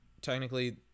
Technically